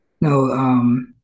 no